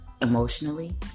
emotionally